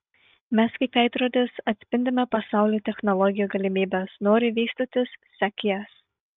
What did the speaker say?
mes kaip veidrodis atspindime pasaulio technologijų galimybes nori vystytis sek jas